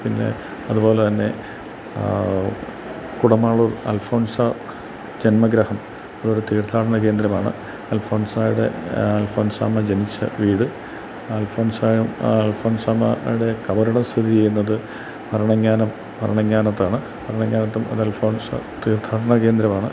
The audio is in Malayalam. പിന്നെ അതുപോലെ തന്നെ കുടമാളൂർ അൽഫോൻസ ജന്മ ഗ്രഹം ഒരു തീർത്ഥാടന കേന്ദ്രമാണ് അൽഫോൻസയുടെ അൽഫോൻസാമ്മ ജനിച്ച വീട് അൽഫോൻസായും അൽഫോൻസാമ്മയുടെ ഖബറടം സ്ഥിതി ചെയ്യുന്നത് ഭരണൻഗാനം ഭരണങ്ങാനത്താണ് ഭരണങ്ങാനത്തും ഒരു അൽഫോൻസ തീർത്ഥാടന കേന്ദ്രമാണ്